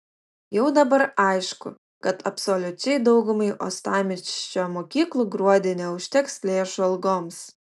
jau dabar aišku kad absoliučiai daugumai uostamiesčio mokyklų gruodį neužteks lėšų algoms